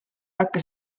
hakka